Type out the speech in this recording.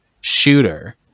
shooter